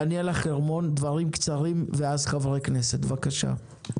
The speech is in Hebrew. דניאלה חרמון, דברים קצרים, ואז חברי כנסת, בבקשה.